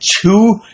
two